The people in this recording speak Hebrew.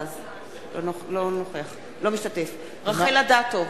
אינו משתתף בהצבעה רחל אדטו,